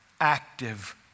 active